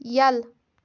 یلہٕ